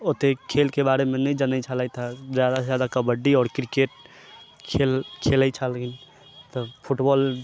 ओते खेलके बारेमे नहि जनै छलथि हँ जादासँ जादा कबड्डी आओर क्रिकेट खेल खेलै छलखिन तऽ फुटबॉल